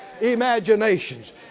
imaginations